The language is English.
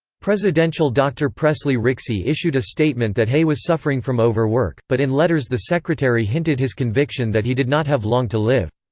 presidential doctor presley rixey issued a statement that hay was suffering from overwork, but in letters the secretary hinted his conviction that he did not have long to live.